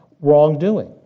wrongdoing